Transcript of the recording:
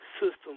system